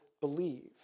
believe